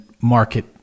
market